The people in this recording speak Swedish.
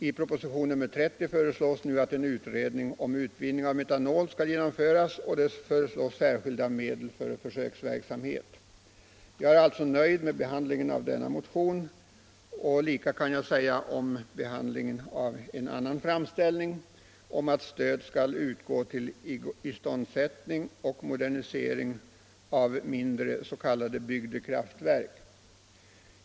I propositionen 30 föreslås nu att en utredning om utvinning av metanol skall göras, och det föreslås särskilda medel för försöksverksamhet. Jag är alltså nöjd med behandlingen av den motionen. Detsamma kan jag säga om behandlingen av en annan motion om stöd till iståndsättning och modernisering av mindre s.k. bygdekraftverk.